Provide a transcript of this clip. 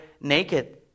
naked